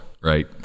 right